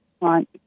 Right